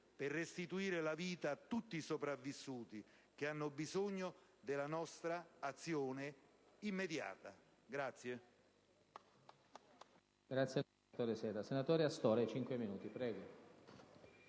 di restituire la vita a tutti i sopravvissuti, che hanno bisogno della nostra azione immediata.